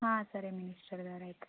సరే మినిస్టర్ గారుఅయితే